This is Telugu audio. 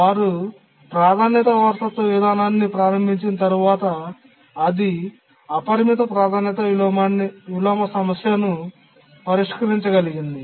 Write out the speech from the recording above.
వారు ప్రాధాన్యత వారసత్వ విధానాన్ని ప్రారంభించిన తర్వాత అది అపరిమిత ప్రాధాన్యత విలోమ సమస్యను పరిష్కరించగలిగింది